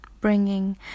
bringing